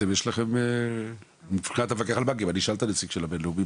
יש לכם אני אשאל את הנציג של הבינלאומי,